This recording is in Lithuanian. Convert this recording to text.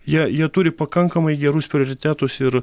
jie jie turi pakankamai gerus prioritetus ir